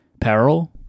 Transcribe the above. peril